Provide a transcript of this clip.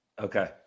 okay